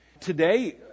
today